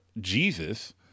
Jesus